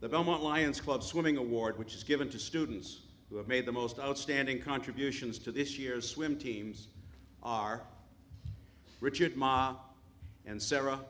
the belmont lion's club swimming award which is given to students who have made the most outstanding contributions to this year's swim teams are rich and sarah